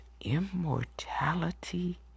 immortality